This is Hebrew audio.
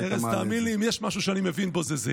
לא היית מעלה את זה.